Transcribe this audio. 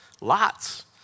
Lots